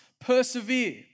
Persevere